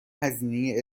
هزینه